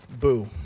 boo